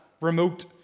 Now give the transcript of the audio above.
remote